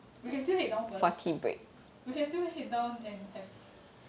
we can still head down first we can still head down and have